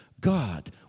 God